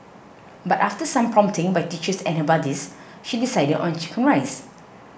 but after some prompting by teachers and her buddies she decided on Chicken Rice